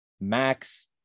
max